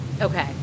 Okay